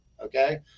Okay